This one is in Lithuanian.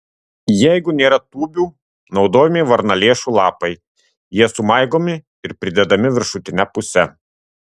jeigu nėra tūbių naudojami varnalėšų lapai jie sumaigomi ir pridedami viršutine puse